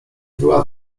była